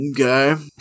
Okay